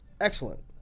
excellent